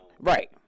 Right